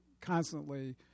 constantly